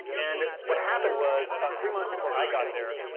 and what happened was about three months before i got there,